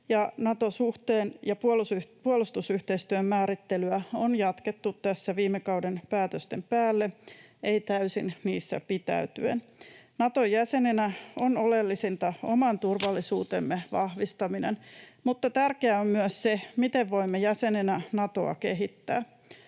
Nato-suhteen ja puolustusyhteistyön määrittelyä on jatkettu tässä viime kauden päätösten päälle, ei täysin niissä pitäytyen. Nato-jäsenenä on oleellisinta oman turvallisuutemme vahvistaminen, mutta tärkeää on myös se, miten voimme jäsenenä Natoa kehittää.